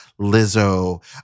Lizzo